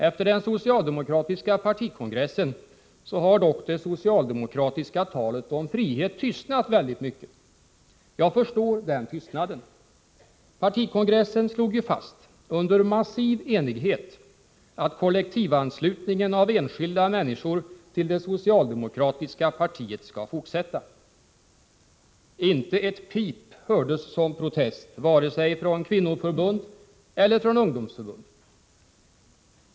Efter den socialdemokratiska partikongressen har dock det socialdemokratiska talet om frihet tystnat i stor utsträckning. Jag förstår den tystnaden. Partikongressen slog ju fast under massiv enighet, att kollektivanslutningen av enskilda människor till det socialdemokratiska partiet skall fortsätta. Inte ett pip hördes som protest vare sig från kvinnoförbund eller från ungdomsförbund.